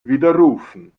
widerrufen